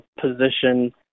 position